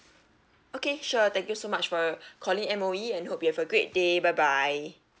okay sure thank you so much for calling M_O_E and hope you have a great day bye bye